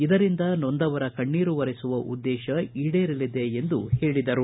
ಇದರಿಂದ ನೊಂದವರ ಕಣ್ಣೇರು ಒರೆಸುವ ಉದ್ದೇಶ ಈಡೇರಲಿದೆ ಎಂದು ಹೇಳಿದರು